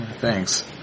Thanks